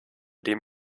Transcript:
dem